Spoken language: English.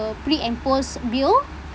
pre and post bill